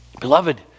Beloved